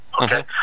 okay